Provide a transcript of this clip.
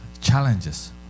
challenges